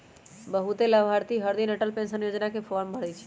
बहुते लाभार्थी हरदिन अटल पेंशन योजना के फॉर्म भरई छई